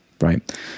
right